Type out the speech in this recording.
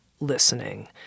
listening